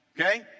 okay